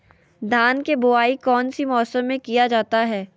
धान के बोआई कौन सी मौसम में किया जाता है?